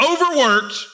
overworked